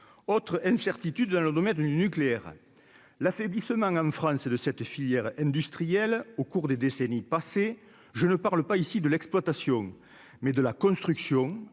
autre incertitude dans le domaine du nucléaire l'affaiblissement en France et de cette filière industrielle au cours des décennies passées, je ne parle pas ici de l'exploitation, mais de la construction,